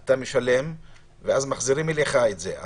אתה משלם ומחזירים לך את זה.